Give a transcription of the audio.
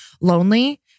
lonely